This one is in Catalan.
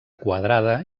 quadrada